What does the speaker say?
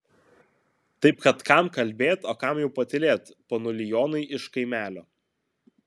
taip kad kam kalbėt o kam jau patylėt ponuli jonai iš kaimelio